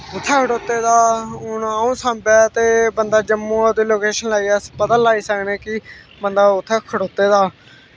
कुत्थें खड़ोते दा हून अ'ऊं सांबैं ते बंदा जम्मू ऐ ओह्दा लोकेशन लाइयै अस पता लाई सकनें कि बंदा उत्थें खड़ोते दा